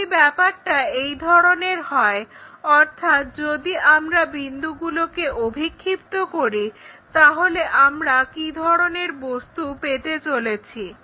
যদি ব্যাপারটা এই ধরনের হয় অর্থাৎ যদি আমরা এই বিন্দুগুলোকে অভিক্ষিপ্ত করি তাহলে আমরা কি ধরনের বস্তু পেতে চলেছি